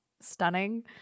stunning